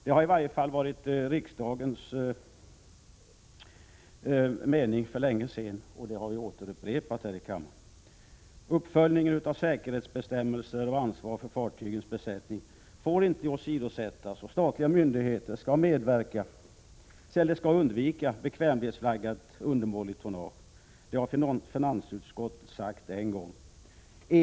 Det har i varje fall varit riksdagens mening för länge sedan — och det har vi återupprepat här i kammaren. Uppföljningen av säkerhetsbestämmelser och ansvar för fartygsbesättningen får absolut inte åsidosättas. Statliga myndigheter skall undvika bekvämlighetsflaggade undermåliga tonnage. Det har finansutskottet och riksdagen sagt tidigare.